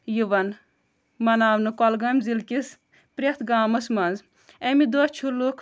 یِوان مناونہٕ کۄلگامۍ ضلعہٕ کِس پرٛٮ۪تھ گامس منٛز امہِ دۄہ چھ لُکھ